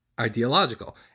ideological